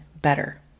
better